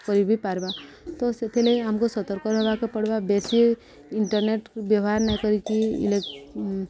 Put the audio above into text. କରିବି ପାର୍ବା ତ ସେଥିଲାଗି ଆମକୁ ସତର୍କ ରହବାକେ ପଡ଼୍ବା ବେଶୀ ଇଣ୍ଟରନେଟ୍ ବ୍ୟବହାର ନାଇଁ କରିକି ଇଲେ